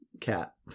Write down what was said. Cat